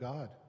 God